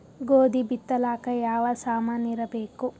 ಗೋಧಿ ಬಿತ್ತಲಾಕ ಯಾವ ಸಾಮಾನಿರಬೇಕು?